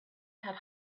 had